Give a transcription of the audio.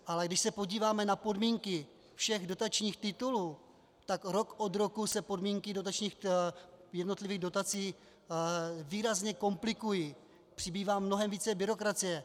Ale když se podíváme na podmínky všech dotačních titulů, tak rok od roku se podmínky jednotlivých dotací výrazně komplikují, přibývá mnohem více byrokracie.